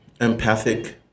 empathic